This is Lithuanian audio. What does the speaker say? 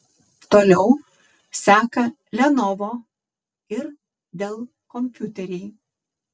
toliau seka lenovo ir dell kompiuteriai